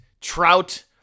Trout